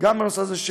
גם בנושא הזה,